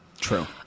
True